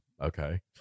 okay